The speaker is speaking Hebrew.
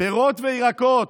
פירות וירקות,